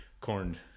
corned